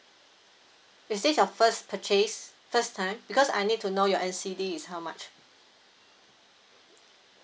is this your first purchase first time because I need to know your N_C_D is how much